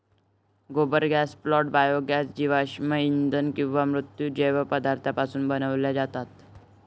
गोबर gas plant biogas जीवाश्म इंधन किंवा मृत जैव पदार्थांपासून बनवता येतो